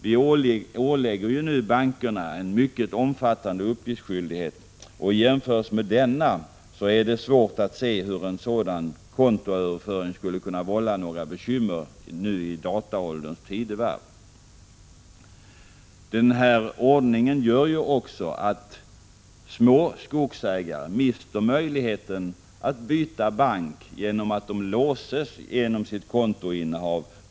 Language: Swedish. Man ålägger ju bankerna en mycket omfattande uppgiftsskyldighet, och i jämförelse med denna är det svårt att se hur en sådan kontoöverföring skulle kunna vålla några bekymmer i dataålderns tidevarv. Nuvarande ordning gör också att små skogsägare mister möjligheten att byta bank genom att de låses till sitt kontoinnehav.